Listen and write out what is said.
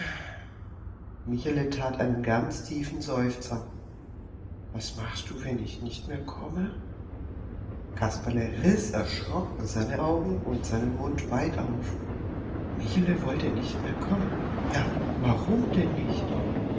michele tat einen ganz tiefen seufzer was machst du wenn ich nicht mehr komme kasperle riß erschrocken seine augen und seinen mund weit auf michele wollte nicht mehr kommen ja warum denn nicht